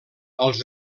als